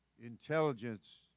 intelligence